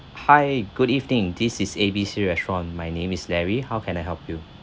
hi good evening this is A B C restaurant my name is larry how can I help you